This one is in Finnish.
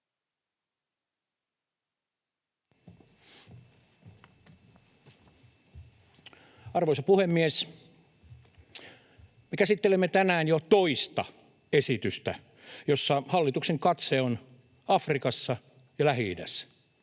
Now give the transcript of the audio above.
Arvoisa puhemies! Me käsittelemme tänään jo toista esitystä, jossa hallituksen katse on Afrikassa ja Lähi-idässä,